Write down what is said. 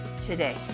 today